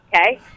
okay